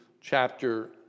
chapter